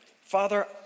Father